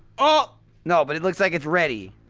ah no, but it looks like it's ready